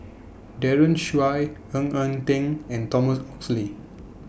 Daren Shiau Ng Eng Teng and Thomas Oxley